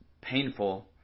painful